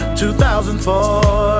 2004